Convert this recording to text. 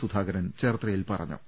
സുധാകരൻ ചേർത്തലയിൽ പറഞ്ഞു